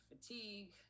fatigue